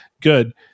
good